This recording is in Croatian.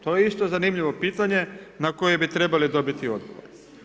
To je isto zanimljivo pitanje na koje bi trebali dobiti odgovor.